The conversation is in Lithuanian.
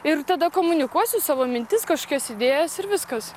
ir tada komunikuosiu savo mintis kažkokias idėjas ir viskas